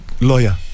lawyer